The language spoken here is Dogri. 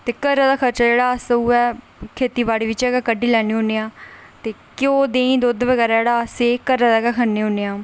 ते घरै दा खर्चा जेहड़ा अस उऐ खेतीबाड़ी बिच्चा गै कड्ढी लैन्ने होन्ने हां ते घ्यो देहीं दुद्ध बगैरा अस घरा दा गै खन्ने होन्ने आं